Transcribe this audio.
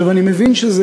אני מבין,